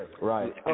right